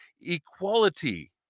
equality